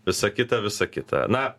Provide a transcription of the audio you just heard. visa kita visa kita na